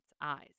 eyes